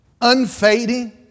unfading